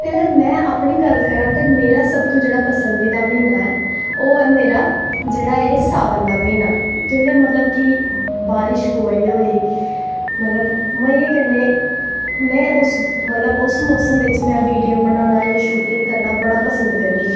ते में अगर गल्ल करां मेरी सब तोे पसंदी दा जो म्हीना ऐ ओह् ऐ मेरी एह् जेह्ड़ा सावन दा महीना मतलव कि बारिश पवा दी होऐ मतलव मज़े कन्नै मतलव उस मौसम बिच्च में वीडियो बनां शूटिंग करना बड़ा पसंद करगी